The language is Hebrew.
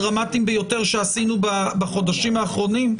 הדרמטיים ביותר שעשינו בחודשים האחרונים,